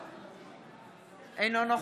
אינו נוכח מאיר יצחק הלוי, נגד אלי כהן, אינו נוכח